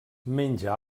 menja